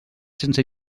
sense